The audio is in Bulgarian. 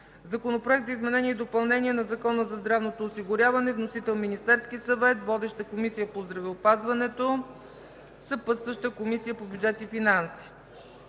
Законопроект за изменение и допълнение на Закона заздравното осигуряване. Вносител – Министерският съвет. Водеща еКомисията по здравеопазването. Съпътстваща – Комисията по бюджет и финанси.